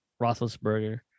Roethlisberger